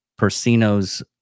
Persino's